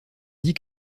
dit